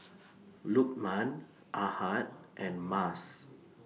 Lukman Ahad and Mas